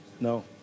No